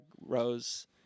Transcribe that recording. Rose